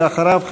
ואחריו,